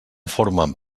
formen